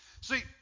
See